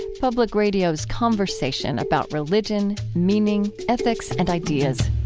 public radio's conversation about religion, meaning, ethics, and ideas.